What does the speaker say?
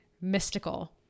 mystical